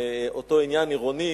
באותו עניין עירוני,